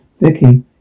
Vicky